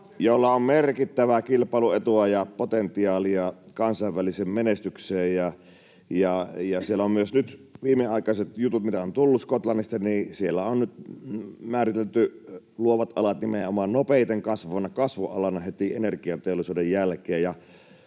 jolla on merkittävää kilpailuetua ja potentiaalia kansainväliseen menestykseen. Viimeaikaisten juttujen mukaan, mitä on tullut Skotlannista, siellä on nyt määritelty luovat alat nimenomaan nopeiten kasvavaksi kasvualaksi heti energiateollisuuden jälkeen.